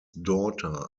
daughter